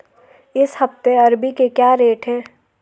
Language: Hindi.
इस हफ्ते अरबी के क्या रेट हैं?